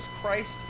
Christ